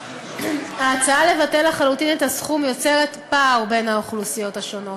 ההצעה לבטל לחלוטין את הסכום יוצרת פער בין האוכלוסיות השונות.